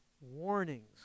warnings